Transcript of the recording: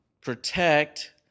protect